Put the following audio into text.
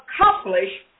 accomplish